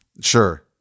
Sure